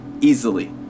Easily